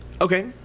Okay